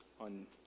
on